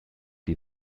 die